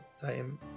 time